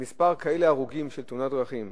עם מספר כזה של הרוגים בתאונות הדרכים,